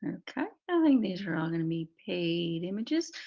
okay i think these are all going to be paid images.